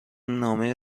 نامه